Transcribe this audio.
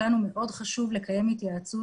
לנו מאוד חשוב לקיים התייעצות